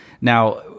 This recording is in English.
Now